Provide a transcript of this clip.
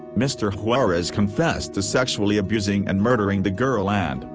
mr. juarez confessed to sexually abusing and murdering the girl and,